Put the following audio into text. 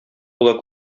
була